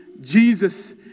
Jesus